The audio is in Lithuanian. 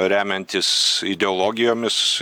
remiantis ideologijomis